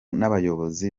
n’abayobozi